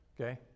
Okay